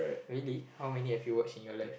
really how many have you watched in your life